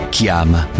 Chiama